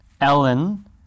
Ellen